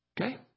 Okay